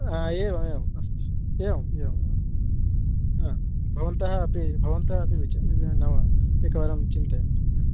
एवमेवम् अस्तु एवम् एवं हा भवन्तः अपि भवन्तः अपि विचि नाम एकवारं चिन्तयन्तु